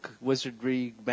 wizardry